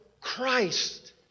Christ